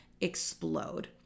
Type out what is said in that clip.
explode